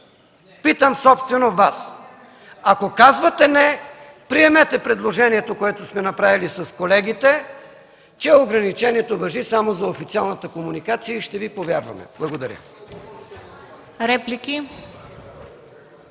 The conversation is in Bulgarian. Питам собствено Вас! Ако казвате „не” приемете предложението, което сме направили с колегите, че ограничението важи само за официалната комуникация и ще Ви повярваме. Благодаря.